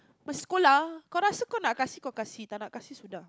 but school lah